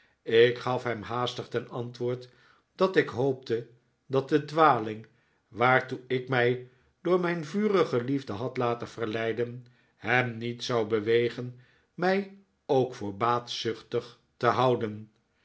ik gaf hem haastig ten antwoord dat ik hoopte dat de dwaling waartoe ik mij door mijn vurige liefde had laten verleiden hem niet zou bewegen mij ook voor baatzuchtig te houden